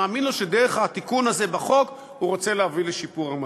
מאמין לו שדרך התיקון הזה בחוק הוא רוצה להביא לשיפור המצב.